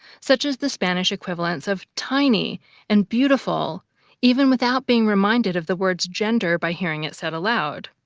such as the spanish equivalents of tiny and beautiful even without being reminded of the word's gender by hearing it said aloud.